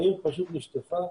העיר פשוט נשטפה.